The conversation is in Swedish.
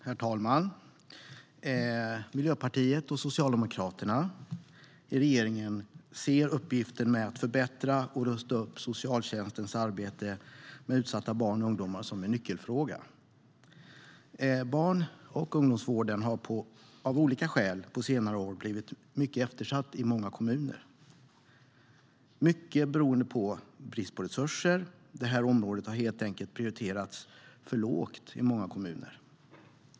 Herr talman! Regeringen med Miljöpartiet och Socialdemokraterna ser uppgiften med att förbättra och rusta upp socialtjänstens arbete med utsatta barn och ungdomar som en nyckelfråga. Barn och ungdomsvården har på senare år av olika skäl blivit mycket eftersatt i många kommuner. Det beror till stor del på brist på resurser. Detta område har helt enkelt prioriterats för lågt i många kommuner.